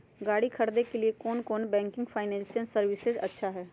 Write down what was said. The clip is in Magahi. गाड़ी खरीदे के लिए कौन नॉन बैंकिंग फाइनेंशियल सर्विसेज अच्छा है?